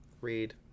Read